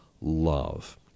love